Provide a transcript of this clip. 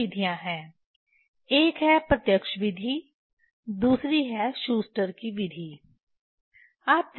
दो विधियाँ हैं एक है प्रत्यक्ष विधि दूसरी है शूस्टर की विधि Schuster's method